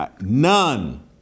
none